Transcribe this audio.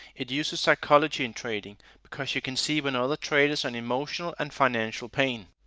it uses psychology in trading because you can see when other traders are in emotional and financial pain.